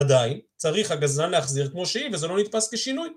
עדיין, צריך הגזלן להחזיר כמו שהיא וזה לא נתפס כשינוי